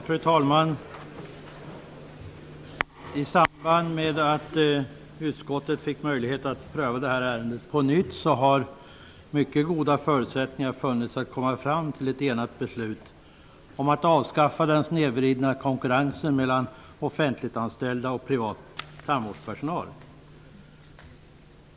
Fru talman! I samband med att utskottet fick möjlighet att pröva detta ärende på nytt har mycket goda förutsättningar funnits att komma fram till ett enat beslut om att avskaffa den snedvridna konkurrensen mellan offentliganställd och privat tandvårdspersonal.